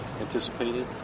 anticipated